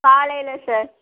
காலையில் சார்